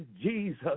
Jesus